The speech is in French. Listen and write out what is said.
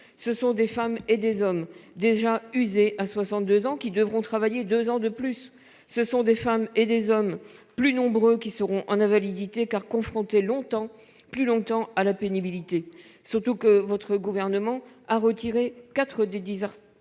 ce sont des femmes et des hommes déjà usés à 62 ans qui devront travailler deux ans de plus ; ce sont des femmes et des hommes plus nombreux qui seront en invalidité, car confrontés longtemps, plus longtemps, à la pénibilité. D'autant que votre gouvernement a retiré quatre des dix critères